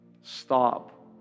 stop